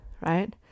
right